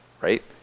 right